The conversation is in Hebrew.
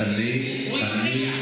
הוא התריע.